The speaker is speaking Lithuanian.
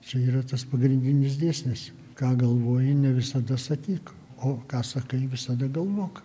čia yra tas pagrindinis dėsnis ką galvoji ne visada sakyk o ką sakai visada galvok